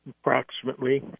approximately